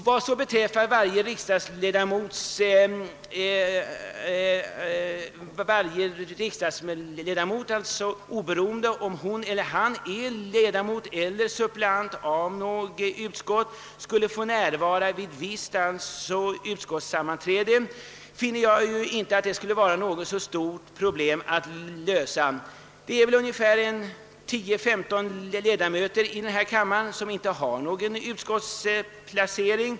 Vad beträffar förslaget att riksdagsledamot, oberoende av om han eller hon är ledamot eller suppleant i något utskott, skulle få närvara vid visst utskotts sammanträden, finner jag inte att det skulle vara något så stort problem att lösa. Det är väl 10—15 ledamöter i denna kammare som inte har någon utskottsplacering.